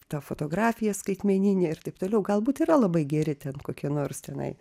ta fotografija skaitmenine ir taip toliau galbūt yra labai geri ten kokie nors tenai